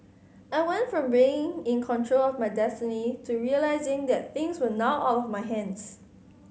I went from being in control of my destiny to realising that things were now out of my hands